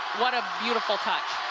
what a beautiful touch.